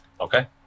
Okay